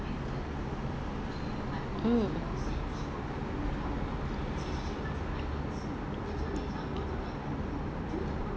mm